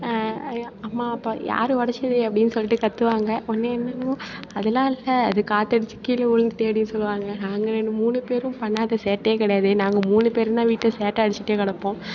அம்மா அப்பா யாரு உடச்சது அப்படினு சொல்லிட்டு கத்துவாங்க ஒடனே அதலாம் இல்லை அது காற்றடிச்சி கீழே விழுந்துட்டு அப்படினு சொல்லுவாங்க மூணு பேரும் பண்ணாத சேட்டையே கிடையாது நாங்கள் மூணு பேருந்தான் வீட்டில் சேட்டை அடிச்சிகிட்டே கிடப்போம்